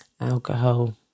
Alcohol